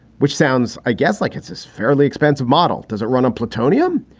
which sounds, i guess, like it's is fairly expensive model. does it run on plutonium?